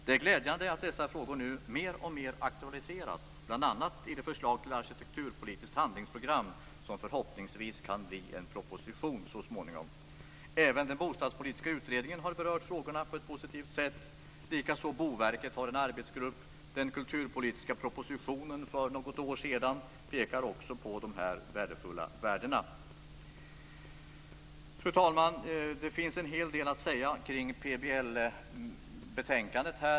Det är glädjande att dessa frågor nu mer och mer aktualiseras, bl.a. i det förslag till arkitekturpolitiskt handlingsprogram som förhoppningsvis så småningom kan bli en proposition. Även den bostadspolitiska utredningen har berört frågorna på ett positivt sätt. Boverket har likaså en arbetsgrupp. Den kulturpolitiska propositionen som kom för något år sedan pekar också på dessa värdefulla värden. Fru talman! Det finns en hel del att säga kring PBL och betänkandet.